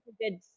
good